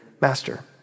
master